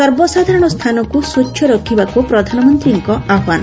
ସର୍ବସାଧାରଣ ସ୍ଥାନକୁ ସ୍ୱଚ୍ଚ ରଖବାକୁ ପ୍ରଧାନମନ୍ତୀଙ୍କ ଆହ୍ୱାନ